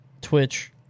Twitch